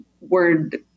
word